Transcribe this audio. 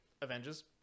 Avengers